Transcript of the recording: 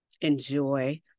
Enjoy